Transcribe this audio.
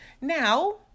Now